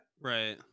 Right